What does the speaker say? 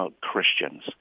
Christians